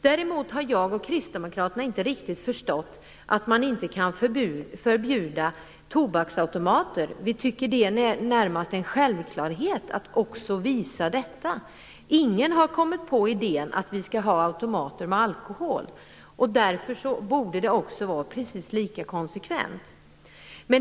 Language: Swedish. Däremot har jag och Kristdemokraterna inte riktigt förstått att man inte kan förbjuda tobaksautomater. Vi tycker närmast att det är en självklarhet. Ingen har kommit på idén att vi skall ha automater med alkohol. Därför borde det vara konsekvent att inte heller ha automater med tobak.